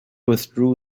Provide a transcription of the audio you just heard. withdrew